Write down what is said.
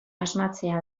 asmatzea